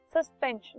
suspension